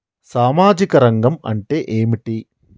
సామాజిక రంగం అంటే ఏమిటి?